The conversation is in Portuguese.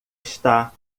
está